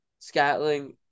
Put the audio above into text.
Scatling